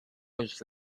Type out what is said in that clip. was